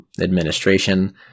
administration